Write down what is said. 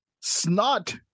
snot